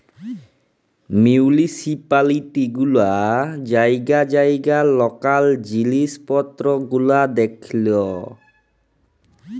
municipality গুলা জাইগায় জাইগায় লকাল জিলিস পত্তর গুলা দ্যাখেল